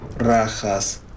rajas